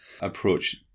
approach